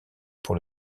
pour